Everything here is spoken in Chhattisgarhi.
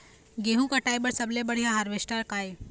गेहूं कटाई बर सबले बढ़िया हारवेस्टर का ये?